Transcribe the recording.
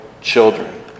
children